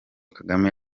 kagame